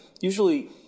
Usually